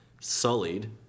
sullied